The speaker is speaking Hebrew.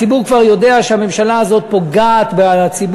הציבור כבר יודע שהממשלה הזאת פוגעת בציבור,